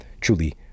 truly